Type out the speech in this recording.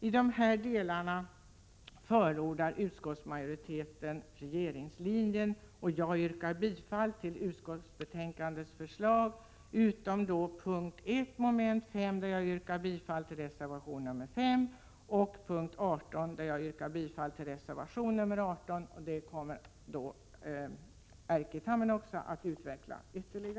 I de här delarna förordar utskottsmajoriteten regeringslinjen, och jag yrkar bifall till utskottsbetänkandets förslag utom beträffande punkt 1 mom. 5, där jag yrkar bifall till reservation nr 5, samt punkt 18, där jag yrkar bifall till reservation nr 18. 111 Detta kommer Erkki Tammenoksa att ytterligare utveckla.